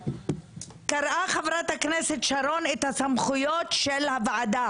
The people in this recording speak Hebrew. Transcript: קראה חברת הכנסת שרון את הסמכויות של הוועדה